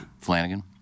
Flanagan